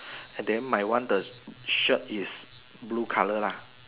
and then my one the shirt is blue colour lah